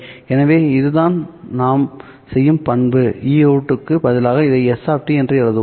எனவே இதுதான் நாம் செய்யும் பண்பு Eout க்கு பதிலாக இதை s என்று எழுதுவோம்